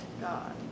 God